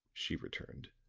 she returned.